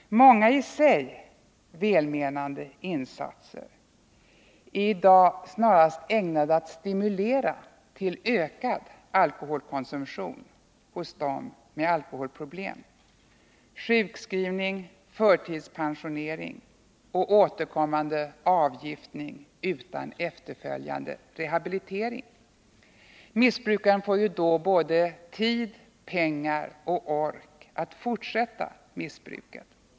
Många i sig välmenande insatser är i dag snarast ägnade att stimulera till ökad alkoholkonsumtion hos den som har alkoholproblem — sjukskrivning, förtidspensionering och återkommande avgiftning utan efterföljande rehabilitering. Missbrukaren får ju då både tid, pengar och ork att fortsätta missbruket.